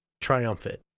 triumphant